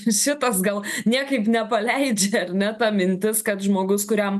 visi tos gal niekaip nepaleidžia net mintis kad žmogus kuriam